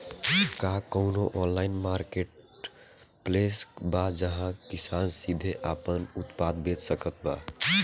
का कउनों online marketplace बा जहां किसान सीधे आपन उत्पाद बेच सकत बा?